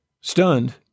Stunned